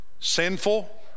sinful